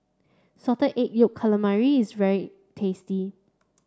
salted egg yolk calamari is very tasty